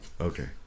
Okay